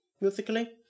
musically